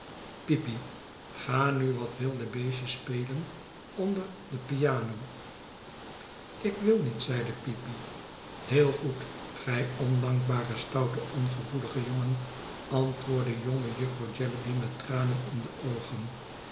peepy ga nu wat wilde beestje spelen onder de piano ik wil niet zeide peepy heel goed gij ondankbare stoute ongevoelige jongen antwoordde jonge jufvrouw jellyby met tranen in de oogen